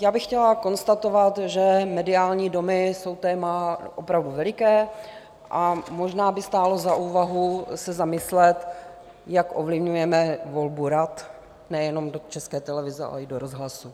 Já bych chtěla konstatovat, že mediální domy jsou téma opravdu veliké a možná by stálo za úvahu se zamyslet, jak ovlivňujeme volbu rad nejenom do České televize, ale i do rozhlasu.